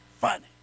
funny